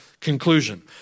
conclusion